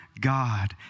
God